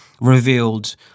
revealed